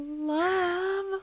Love